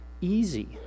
easy